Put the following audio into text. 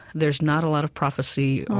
there's not a lot of prophecy,